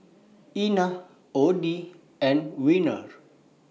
Ina Odie and Werner